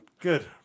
Good